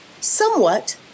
somewhat